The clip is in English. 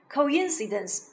Coincidence